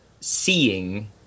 seeing